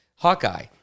Hawkeye